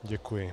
Děkuji.